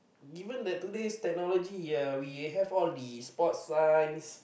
given that today's technology uh we have all the sports line